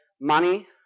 Money